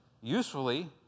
usefully